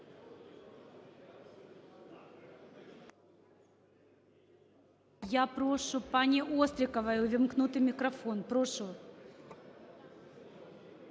Я прошу пані Остріковій увімкнути мікрофон. Прошу.